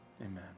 Amen